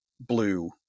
blue